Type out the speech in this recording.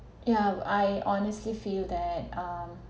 yeah I honestly feel that um